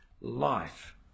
Life